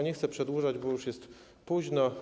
Nie chcę przedłużać, bo już jest późno.